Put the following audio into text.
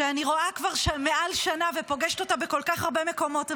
שאני רואה כבר מעל שנה ופוגשת אותה בכל כך הרבה מקומות.